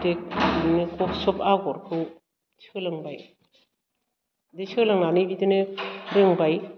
देख बिदिनो खब सब आगरखौ सोलोंबाय बे सोलोंनानै बिदिनो रोंबाय